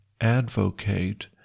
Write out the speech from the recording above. advocate